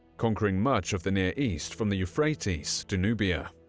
conquering much of the near east from the euphrates to nubia.